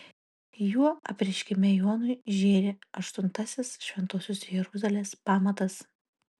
juo apreiškime jonui žėri aštuntasis šventosios jeruzalės pamatas